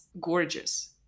gorgeous